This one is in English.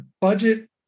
budget